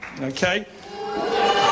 Okay